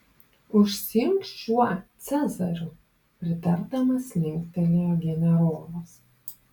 užsiimk šiuo cezariu pritardamas linktelėjo generolas